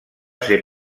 ser